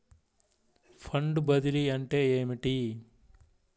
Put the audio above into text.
Fund బదిలీ అంటే ఏమిటి?